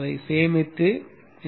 அதை சேமித்து இந்த கோப்பை மூடவும்